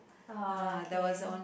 oh okay